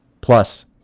plus